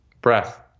Breath